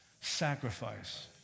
sacrifice